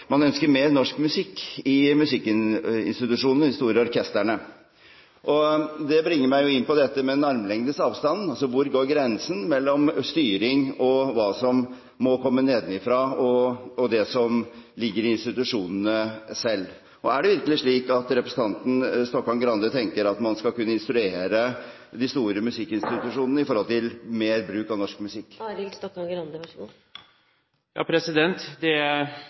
man ønsker mer norsk musikk i musikkinstitusjonene – i de store orkestrene. Det bringer meg inn på dette med en armlengdes avstand. Hvor går grensen mellom styring og hva som må komme nedenfra, og det som ligger i institusjonene selv? Er det virkelig slik at representanten Stokkan-Grande tenker at man skal kunne instruere de store musikkinstitusjonene med hensyn til mer bruk av norsk musikk? Det er et viktig spørsmål som stilles der, for orkestrene skal selv ha muligheten til å bestemme sitt repertoar. Men samtidig er